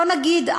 בוא נגיד,